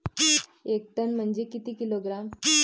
एक टन म्हनजे किती किलोग्रॅम?